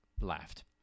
laughed